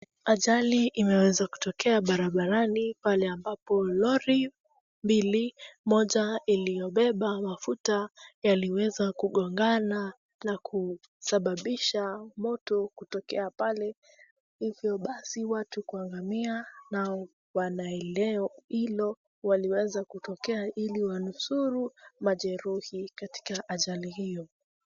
Ajali imeweza kutokea barabarani pale ambapo lori mbili, moja iliyobeba mafuta yaliweza kugongana na kusababisha moto kutokea pale, hivyo basi watu kuangamia na wanaeneo hilo waliweza kutokea ili wanusuru majeruhi katika ajali hiyo.